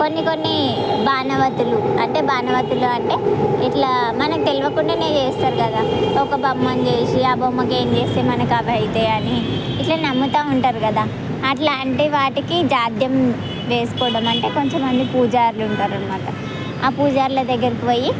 కొన్ని కొన్ని బాణామతులు అంటే బాణామతులు అంటే ఇట్లా మనకి తెలవకుండా చేస్తారు కదా ఒక బొమ్మను చేసి ఆ బొమ్మకు ఏం చేస్తే మనకి అవి అవుతాయ అని ఇట్లా నమ్ముతా ఉంటారు కదా అలాంటి వాటికి జాధ్యం వేసుకోవడం అంటే కొంతమంది పూజారులు ఉంటారు అన్నమాట ఆ పూజారుల దగ్గరకు పోయి